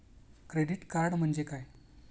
Credit card म्हणजे काय?